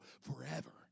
forever